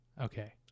okay